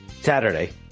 Saturday